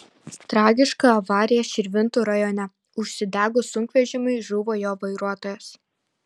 tragiška avarija širvintų rajone užsidegus sunkvežimiui žuvo jo vairuotojas